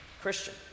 Christian